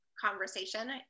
conversation